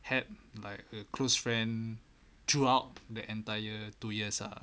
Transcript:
had like a close friend throughout the entire two years ah